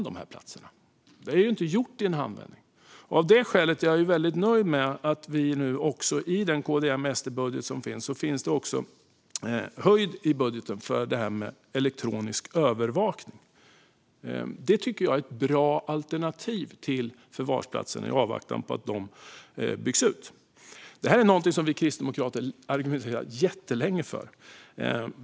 Det är inte gjort i en handvändning. Av det skälet är jag väldigt nöjd med att det i KD-M-SD-budgeten också finns höjd för detta med elektronisk övervakning. Det tycker jag är ett bra alternativ till förvarsplatser i avvaktan på att de byggs ut. Detta är något som vi kristdemokrater argumenterat för jättelänge.